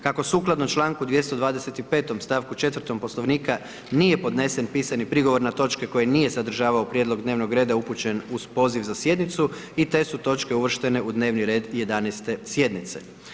Kako sukladno čl. 225. st. 4. Poslovnika nije podnesen pisani prigovor na točke koje nije sadržavao prijedlog dnevnog reda upućen uz poziv za sjednicu i te točke uvrštene u dnevni red 11. sjednice.